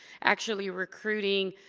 actually recruiting